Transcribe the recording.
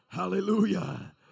Hallelujah